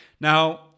Now